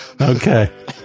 Okay